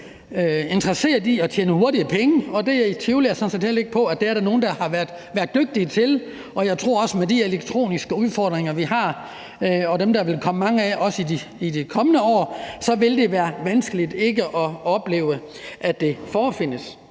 interesseret i at tjene hurtige penge på, og jeg tvivler ikke på, at der er nogle, der har været dygtige til det. Med de elektroniske udfordringer, vi har, og som jeg tror der vil komme mange af i de kommende år, vil det være vanskeligt ikke at opleve, at det forefindes.